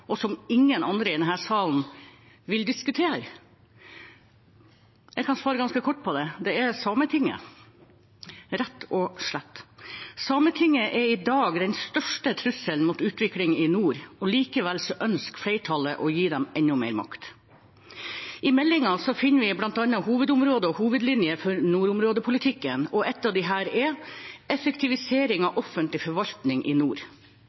noe som ingen andre i denne salen vil diskutere? Jeg kan svare ganske kort på det. Det er Sametinget, rett og slett. Sametinget er i dag den største trusselen mot utvikling i nord, og likevel ønsker flertallet å gi dem enda mer makt. I meldingen finner vi bl.a. hovedlinjer for nordområdepolitikken, og en av disse er «Effektivisering av offentlig forvaltning i nord».